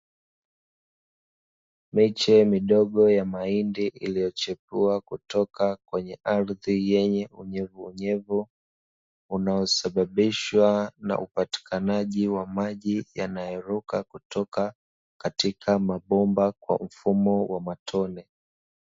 Miche midogo ya mahindi iliyochipua kutoka kwenye ardhi yenye unyeunyevu, unaosababishwa na upatikanaji wa maji yanayoruka kutoka katika mabomba kwa mfumo wa matone.